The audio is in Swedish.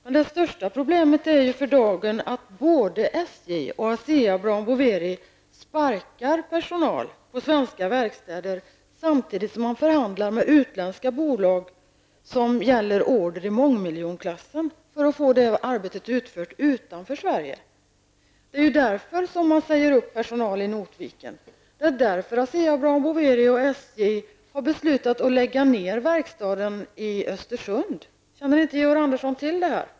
Det stora problemet för dagen är ju att såväl SJ som Asea Brown Boveri sparkar personal på svenska verkstäder, samtidigt som man förhandlar med utländska bolag om order i mångmiljonklassen för att få detta arbete utfört utanför Sverige. Det är ju därför som man säger upp personal i Notviken och som Asea Brown Boveri och SJ har beslutat att lägga ned verkstaden i Östersund. Känner Georg Andersson inte till det här?